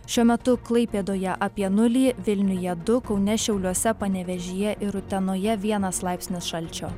šiuo metu klaipėdoje apie nulį vilniuje du kaune šiauliuose panevėžyje ir utenoje vienas laipsnis šalčio